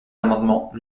l’amendement